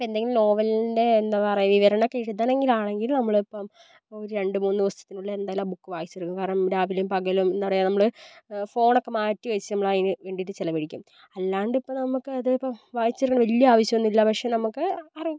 ഇപ്പം എന്തെങ്കിലും നോവലിൻ്റെ എന്താ പറയുക വിവരണമൊക്കെ എഴുതണമെങ്കിൽ ആണെങ്കിൽ നമ്മളിപ്പം ഒരു രണ്ട് മൂന്ന് ദിവസത്തിനുള്ളിൽ എന്തായാലും ആ ബുക്ക് വായിച്ച് തീർക്കും കാരണം രാവിലും പകലും എന്താ പറയുക നമ്മൾ ഫോണൊക്കെ മാറ്റി വെച്ച് നമ്മളതിന് വേണ്ടിയിട്ട് ചിലവഴിക്കും അല്ലാണ്ട് ഇപ്പോൾ നമുക്ക് അതി ഇപ്പം വായിച്ചിട്ട് വലിയ ആവശ്യമൊന്നുമില്ല പക്ഷെ നമുക്ക് അറി